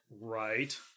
right